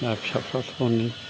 ना फिसाफ्रा खम